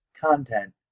content